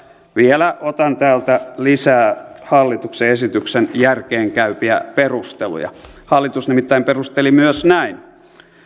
vielä otan täältä lisää hallituksen esityksen järkeenkäypiä perusteluja hallitus nimittäin perusteli myös näin